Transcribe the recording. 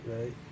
right